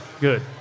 Good